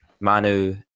Manu